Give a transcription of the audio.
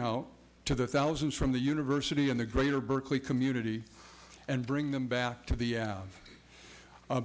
out to the thousands from the university and the greater berkeley community and bring them back to the